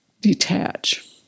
detach